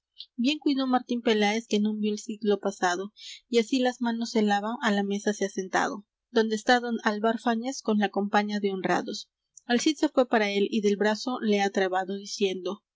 cuidó martín peláez que non vió el cid lo pasado y así las manos se lava á la mesa se ha sentado donde está don álvar fáñez con la compaña de honrados el cid se fué para él y del brazo le ha trabado diciendo